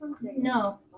No